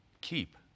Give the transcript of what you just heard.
keep